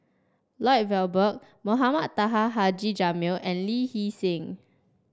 Lloyd Valberg Mohamed Taha Haji Jamil and Lee Hee Seng